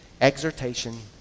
exhortation